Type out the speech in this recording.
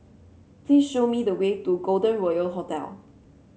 please show me the way to Golden Royal Hotel